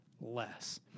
less